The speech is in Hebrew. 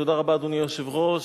תודה רבה, אדוני היושב-ראש.